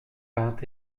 vingt